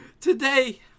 today